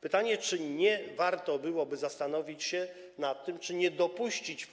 Pytanie, czy nie warto byłoby zastanowić się nad tym, czy nie dopuścić